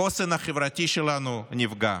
החוסן החברתי שלנו נפגע.